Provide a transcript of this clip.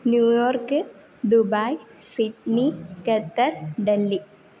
New York Dubai Sydney केत्तर् दिल्ली